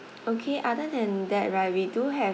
okay other than that right we do have